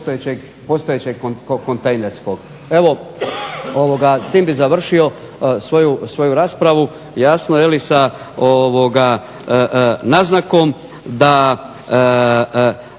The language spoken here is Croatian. postojećeg ko kontejnerskog. Evo s tim bih završio svoju raspravu, jasno sa naznakom da